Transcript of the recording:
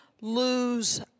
lose